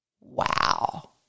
Wow